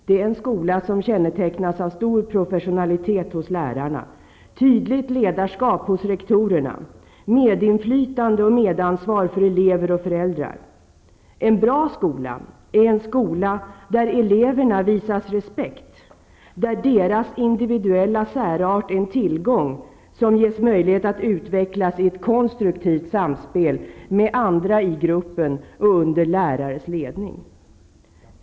Det är en skola som kännetecknas av stor professionalitet hos lärarna, tydligt ledarskap hos rektorerna, medinflytande och medansvar för elever och föräldrar. En bra skola är en skola där eleverna visas respekt, där deras individuella särart är en tillgång som ges möjlighet att utvecklas i konstruktivt samspel med andra i gruppen och under lärares ledning.